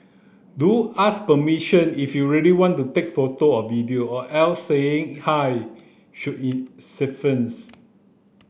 do ask permission if you really want to take photo or video or else saying hi should in suffice